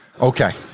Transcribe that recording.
Okay